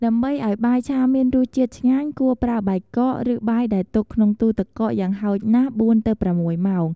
ដើម្បីឱ្យបាយឆាមានរសជាតិឆ្ងាញ់ គួរប្រើបាយកក ឬ បាយដែលទុកក្នុងទូទឹកកកយ៉ាងហោចណាស់ ៤ ទៅ ៦ ម៉ោង។